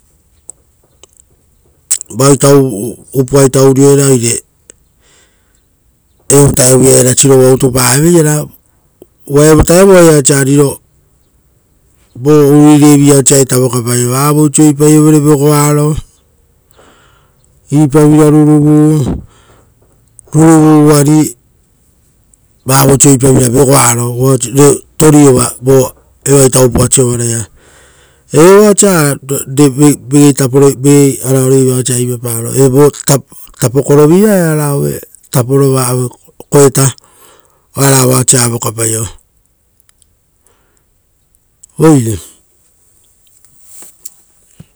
Vaoita uupoa urioera, vo vutaia era sirova utupaveiera, uva evo vutaia oia osiavouruireiviia osa vokapaio, vavoisoi vegoaro osa vokapaio, ipavira, ora vo rovopa ruruvu, vovosio vegoaro uvare toriova vo upoa siovaraia, evoa osa vegei araoreiva ipaparo, vo tapokoroviva aue koetaoarava osa vokapaiook.